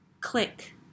Click